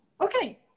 Okay